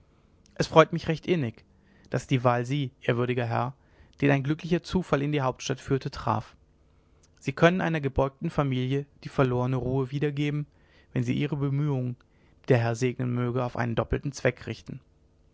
es freut mich recht innig daß die wahl sie ehrwürdiger herr den ein glücklicher zufall in die hauptstadt führte traf sie können einer gebeugten familie die verlorne ruhe wiedergeben wenn sie ihre bemühungen die der herr segnen möge auf einen doppelten zweck richten